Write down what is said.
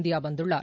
இந்தியாவந்துள்ளார்